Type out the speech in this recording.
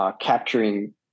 capturing